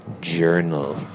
journal